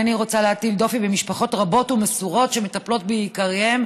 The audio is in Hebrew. אינני רוצה להטיל דופי במשפחות רבות ומסורות שמטפלות ביקיריהן,